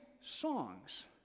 songs